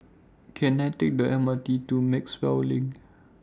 Can I Take The MRT to Maxwell LINK